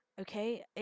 okay